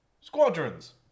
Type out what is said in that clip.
Squadrons